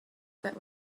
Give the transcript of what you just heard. that